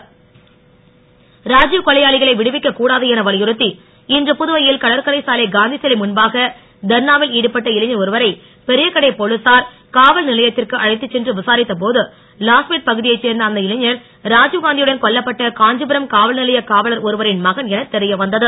புதுவை தர்ணா ராஜீவ் கொலையாளிகளை விடுவிக்கக் கூடாது என வலியுறுத்தி இன்று புதுவையில் கடற்கரை சாலை காந்திசிலை முன்பாக தர்ணாவில் சடுபட்ட இளைஞர் ஒருவரை பெரியகடை போலீசார் காவல் நிலையத்திற்கு அழைத்துச் சென்று விசாரித்தபோது லாஸ்பேட் பகுதியைச் சேர்ந்த அந்த இளைஞர் ராஜீவ் காந்தியுடன் கொல்லப்பட்ட காஞ்சிபுரம் காவல்நிலையக் காவலர் ஒருவரின் மகன் என தெரியவந்தது